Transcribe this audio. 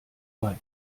weit